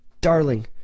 Darling